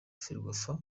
ferwafa